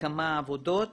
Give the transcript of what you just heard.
כמה עבודות